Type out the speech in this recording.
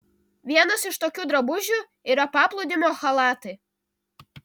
vienas iš tokių drabužių yra paplūdimio chalatai